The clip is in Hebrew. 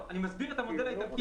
אני מסביר את המודל האיטלקי.